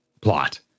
plot